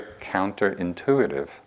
counterintuitive